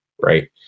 right